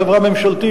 חברה ממשלתית,